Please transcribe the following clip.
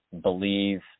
believe